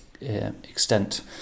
Extent